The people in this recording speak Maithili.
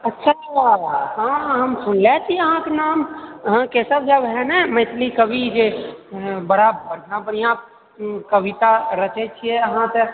अच्छा हँ हम सुनले छी अहाँके नाम अहाँ केशव झा वएह ने मैथिली कवि जे बड़ा बढिया बढिया कविता रचै छियै अहाँ तऽ